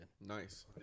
Nice